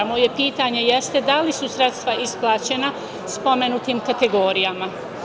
Moje pitanje jeste da li su sredstva isplaćena spomenutim kategorijama?